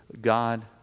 God